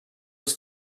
was